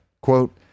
Quote